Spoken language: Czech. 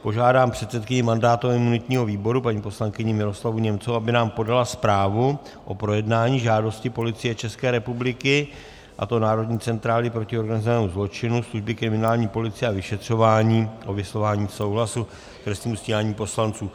Požádám předsedkyni mandátového a imunitního výboru paní poslankyni Miroslavu Němcovou, aby nám podala zprávu o projednání žádosti Policie České republiky, a to Národní centrály proti organizovanému zločinu služby kriminální policie a vyšetřování, o vyslovení souhlasu k trestnímu stíhání poslanců.